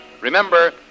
Remember